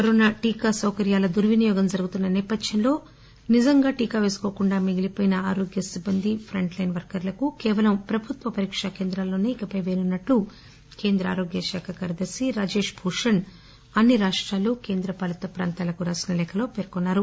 corona టీకా సౌకర్యాల దుర్వినియోగం జరుగుతున్న నేపథ్యంలో నిజంగా టీకా పేసుకోకుండా మిగిలిపోయిన ఆరోగ్య సిబ్బంది ప్రంట్లెన్ వర్కర్ణకు కేవలం ప్రభుత్వ పరీకా కేంద్రాల్లో ఇకపై పేయనున్నట్లు కేంద్ర ఆరోగ్య శాఖ కార్యదర్శి రాజేష్ భూషణ్ అన్ని రాష్రాలు కేంద్రపాలిత ప్రాంతాలకు రాసిన లేఖలో పేర్కొన్నారు